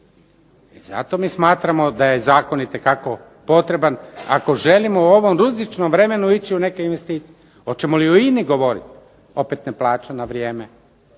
Zato mi smatramo da je zakon itekako potreban ako želimo u ovom rizičnom vremenu ići u neke investicije. Hoćemo li o INA-i govorit? Opet ne plaća na vrijeme,